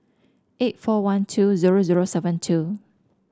eight four one two zero zero seven two